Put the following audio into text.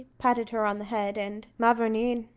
patted her on the head, and ma vourneen,